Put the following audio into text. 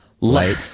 Light